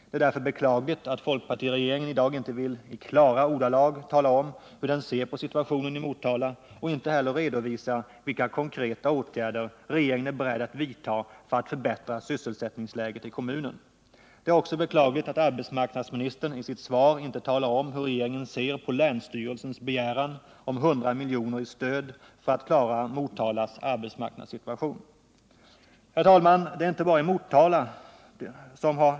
Det är därför beklagligt att fp-regeringen i dag inte i klara ordalag vill tala om hur den ser på situtationen i Motala och inte heller redovisar vilka konkreta åtgärder regeringen är beredd att vidtaga för att förbättra sysselsättningsläget i kommunen. Det är också beklagligt att arbetsmarknadsministern i sitt svar inte talar om hur regeringen ser på länsstyrelsens begäran om 100 miljoner i stöd för att klara Motalas arbetsmarknadssituation. Herr talman!